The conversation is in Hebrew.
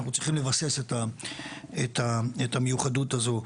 אנחנו צריכים לבסס את המיוחדות הזו.